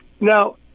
Now